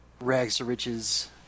rags-to-riches